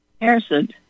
harrison